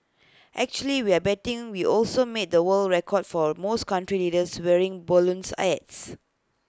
actually we're betting we also made the world record for most country leaders wearing balloons hats